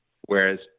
whereas